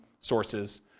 sources